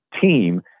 team